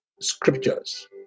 Scriptures